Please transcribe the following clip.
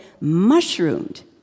mushroomed